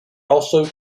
also